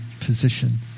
position